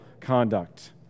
conduct